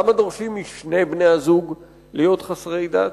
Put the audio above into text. למה דורשים משני בני-הזוג להיות חסרי דת?